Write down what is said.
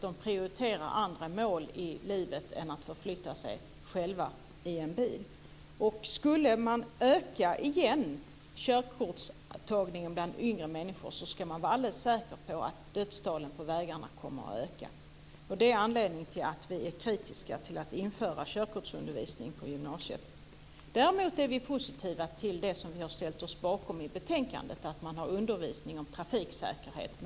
De prioriterar andra mål i livet än att förflytta sig själva i en bil. Skulle antalet körkort bland yngre människor öka, kan man vara säker på att dödstalen på vägarna kommer att öka. Det är anledningen till att vi är kritiska till att införa körkortsundervisning på gymnasiet. Däremot är vi positiva till det vi har ställt oss bakom i betänkandet, dvs. att ha undervisning om trafiksäkerhet.